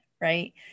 right